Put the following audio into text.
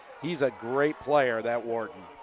he's a great player that wharton.